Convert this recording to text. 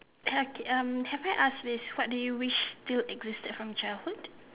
okay um have I asked this what do wish still existed from childhood